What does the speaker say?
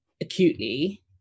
acutely